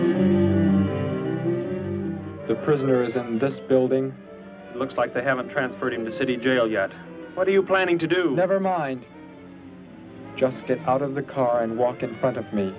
news the prisoners in this building looks like they haven't transferred into city jail yet what are you planning to do never mind just get out of the car and walk in front of me